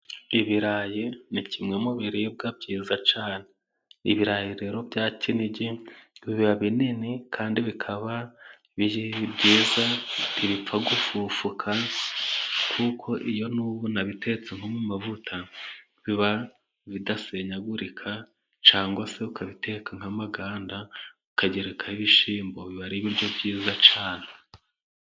Ibirayi ni kimwe, mu biribwa byiza cyane. Ibirayi rero bya kiniigi biba binini, kandi bikaba byiza, ntibipfa gufufuka kuko iyo n'ubu unabitetse, nko mu mavuta biba bidasenyagurika, cyagwase ukabiteka nk'amaganda ukagerekaho, nk 'ibishyimbo, biba ari byiza, cyane.